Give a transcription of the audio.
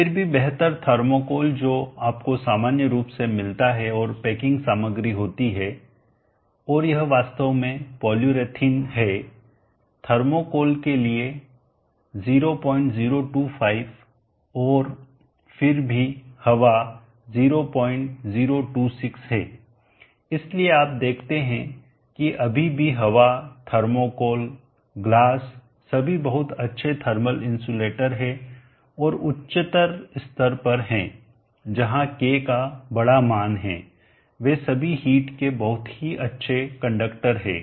फिर भी बेहतर थर्मोकोल जो आपको सामान्य रूप से मिलता है और पैकिंग सामग्री होती है और यह वास्तव में पोल्युरेथीन है थर्मोकोल के लिए 0025 और फिर भी हवा 0026 है इसलिए आप देखते हैं कि अभी भी हवा थर्मोकोल ग्लास सभी बहुत अच्छे थर्मल इंसुलेटर हैं और उच्चतर स्तर पर हैं जहां k का बड़ा मान है वे सभी हिट के बहुत ही अच्छे कंडक्टर हैं